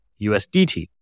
USDT